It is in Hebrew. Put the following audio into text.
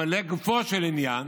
אבל לגופו של עניין,